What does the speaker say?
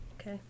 okay